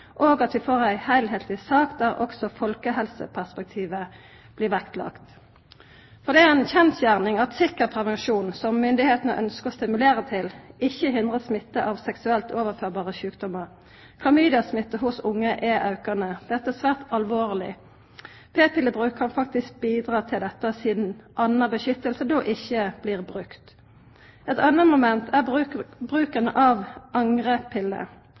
og at vi får ei heilskapleg sak der også folkehelseperspektivet blir vektlagt. Det er ei kjensgjerning at sikker prevensjon, som myndigheitene ønskjer å stimulera til, ikkje hindrar smitte av seksuelt overførbare sjukdomar. Clamydia-smitte hos unge er aukande. Dette er svært alvorleg. P-pillebruk kan faktisk bidra til dette, sidan annan beskyttelse då ikkje blir brukt. Eit anna moment er bruken av angrepille.